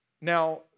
Now